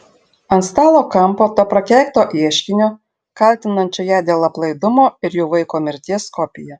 ant stalo kampo to prakeikto ieškinio kaltinančio ją dėl aplaidumo ir jų vaiko mirties kopija